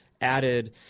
added